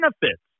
benefits